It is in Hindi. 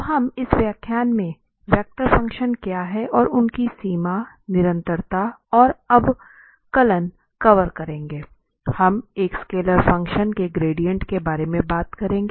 तो हम इस व्याख्यान में वेक्टर फ़ंक्शन क्या है और उनकी सीमा निरंतरता और अवकलन कवर करेंगे हम एक स्केलर फंक्शन के ग्रेडिएंट के बारे में बात करेंगे